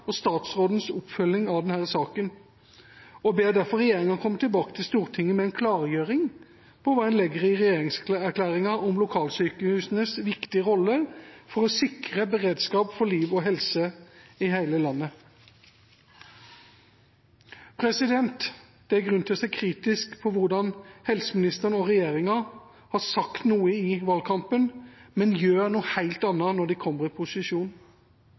og statsrådens oppfølging av denne saka. Vi ber derfor regjeringa komme tilbake til Stortinget med en klargjøring av hva en legger i regjeringserklæringas formulering om lokalsykehusenes viktige rolle «for å sikre beredskap for liv og helse i hele landet». Det er grunn til å se kritisk på at helseministeren og regjeringa sa noe i valgkampen, men gjør noe helt annet når de har kommet i posisjon.